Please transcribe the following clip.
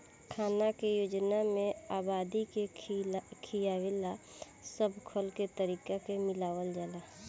खाना के योजना में आबादी के खियावे ला सब खल के तरीका के मिलावल जाला